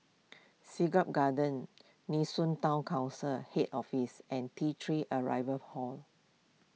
Siglap Gardens Nee Soon Town Council Head Office and T three Arrival